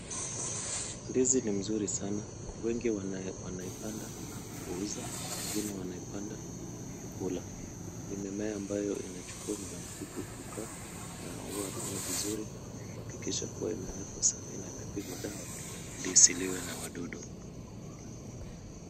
Ndizi ni mzuri sana. Wengi wanaipanda kuuza, wengine wanaipanda kukula. Ni mimea ambayo inachukua muda mfupi kukaa na huwa ni vizuri kuhakikisha kuwa imewekwa safi na imepigwa dawa ili isiliwe na wadudu.